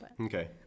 Okay